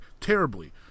terribly